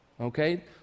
okay